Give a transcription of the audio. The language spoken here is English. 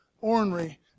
ornery